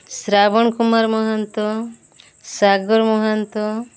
Shravan Kumar Mohanta Sagar Mahanta